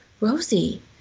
Rosie